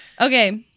Okay